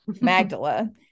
magdala